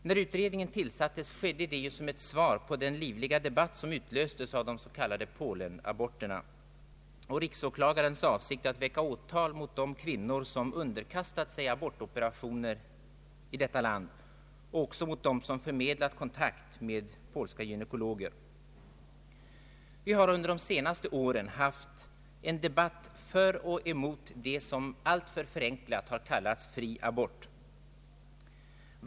När utredningen tillsattes, skedde det som ett svar på den livliga debatt som utlöstes av de s.k. Polenaborterna och riksåklagarens avsikt att väcka åtal mot de kvinnor som underkastat sig abortoperationer i detta land och även mot dem som förmedlat kontakt med polska gynekologer. Vi har under de senaste åren haft en debatt för och emot det som alltför förenklat kallas ”fri abort”.